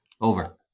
Over